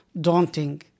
daunting